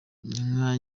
inka